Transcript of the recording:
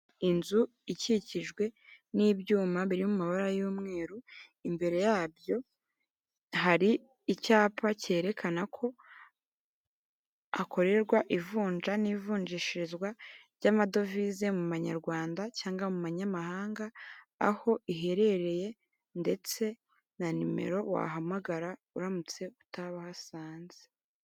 Inzu ikikijwe n'ibyuma biri mu mabara y'umweru, imbere yabyo hari icyapa cyerekana ko hakorerwa ivunja n'ivunjishirizwa ry'amadovize mu manyarwanda, cyangwa mu banyamahanga aho iherereye, ndetse na nimero wahamagara uramutse utabahasanze.